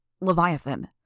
Leviathan